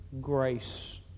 grace